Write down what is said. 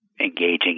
engaging